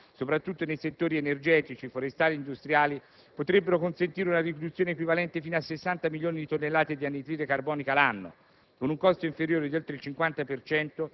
I progetti di cooperazione internazionale già avviati, soprattutto nei settori energetici, forestali ed industriali, potrebbero consentire una riduzione equivalente fino a 60 milioni di tonnellate di anidride carbonica l'anno,